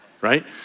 right